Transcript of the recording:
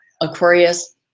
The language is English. Aquarius